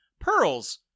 pearls